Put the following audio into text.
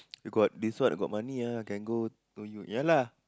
you got this what got money ah can go no you ya lah